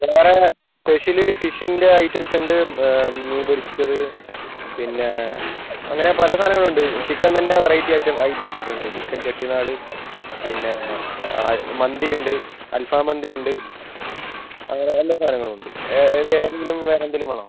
വേറെ സ്പെഷ്യല് ഫിഷിൻറ്റെ ഐറ്റംസുണ്ട് മീൻ പൊരിച്ചത് പിന്നേ അങ്ങനെ പല സാധങ്ങളുണ്ട് ചിക്കൻ തന്നെ വെറൈറ്റി ഐറ്റം ഐറ്റംസൊക്കെ ഉണ്ട് ചിക്കൻ ചെട്ടിനാട് പിന്നേ മന്തി ഉണ്ട് അൽഫം മന്തി ഉണ്ട് അങ്ങനെ എല്ലാ സാധനങ്ങൾ ഉണ്ട് ഇത് ഏതെങ്കിലും വേറെ എന്തേലും വേണൊ